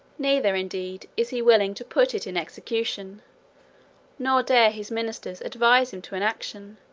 neither indeed is he willing to put it in execution nor dare his ministers advise him to an action,